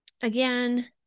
again